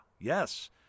Yes